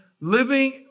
living